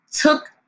took